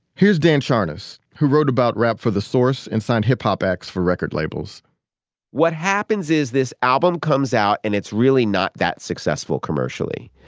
here's dan charnas, who wrote about rap for the source and signed hip-hop acts for record labels what happens is this album comes out, and it's really not that successful commercially.